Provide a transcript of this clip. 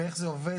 ואיך זה עובד,